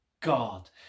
God